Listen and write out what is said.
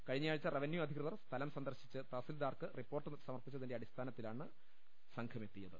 കഴിഞ്ഞയാഴ്ച റവന്യു അധികൃതർ സ്ഥലംസന്ദർശിച്ച് തഹസിൽദാർക്ക് റിപ്പോർട്ട് സമർപ്പിച്ചതിന്റെ അടിസ്ഥാനത്തി ലാണ് ജിയോളജി സംഘമെത്തിയത്